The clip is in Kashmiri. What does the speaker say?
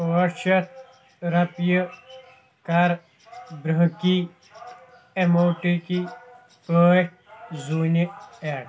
ٲٹھ شَتھ رۄپیہِ کَر برٛونٛہہ کی ایماونٹٕکی پٲٹھۍ زوٗنہِ ایڈ